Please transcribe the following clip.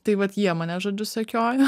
tai vat jie mane žodžiu sekiojo